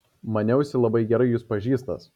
maniausi labai gerai jus pažįstąs